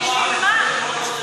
בשביל מה?